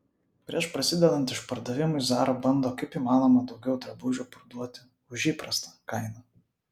prieš prasidedant išpardavimui zara bando kaip įmanoma daugiau drabužių parduoti už įprastą kainą